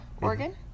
Oregon